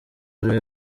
ari